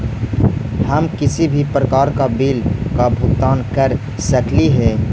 हम किसी भी प्रकार का बिल का भुगतान कर सकली हे?